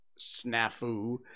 snafu